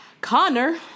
Connor